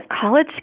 college